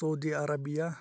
Saudi Arabia